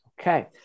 Okay